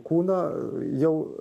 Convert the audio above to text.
kūno jau